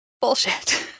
bullshit